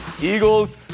Eagles